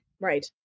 Right